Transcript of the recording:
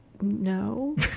no